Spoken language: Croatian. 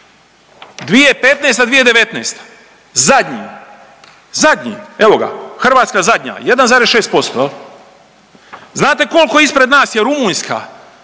2015.-2019. zadnji, zadnji. Evo ga Hrvatska zadnja 1,6%. Znate koliko ispred nas je Rumunjska